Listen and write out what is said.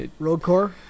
Roadcore